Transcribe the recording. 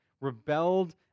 rebelled